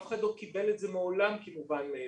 אף אחד לא קיבל את זה מעולם כמובן מאליו.